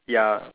ya